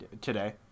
today